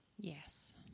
Yes